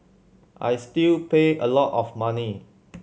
I still pay a lot of money